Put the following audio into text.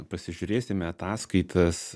pasižiūrėsime ataskaitas